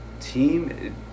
team